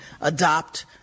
adopt